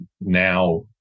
now